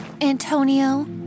antonio